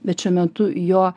bet šiuo metu jo